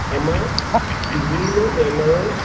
আমাৰ বিভিন্ন বেমাৰৰ